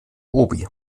obi